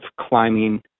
climbing